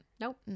Nope